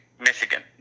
Michigan